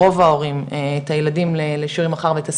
רוב ההורים את הילדים לשיעורים אחר בית הספר,